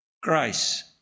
grace